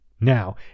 Now